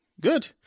Good